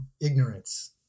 ignorance